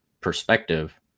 perspective